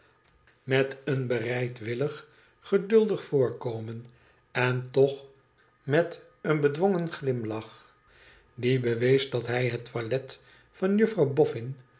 met een bereidwillig geduldig voorkomen en toch met een bedwongen glimlach die bewees dat hij het toilet van juffrouw bofün